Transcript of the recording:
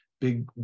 big